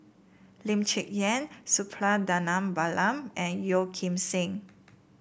Lee Cheng Yan Suppiah Dhanabalan and Yeo Kim Seng